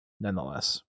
nonetheless